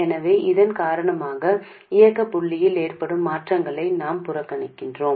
எனவே இதன் காரணமாக இயக்க புள்ளியில் ஏற்படும் மாற்றங்களை நாங்கள் புறக்கணிக்கிறோம்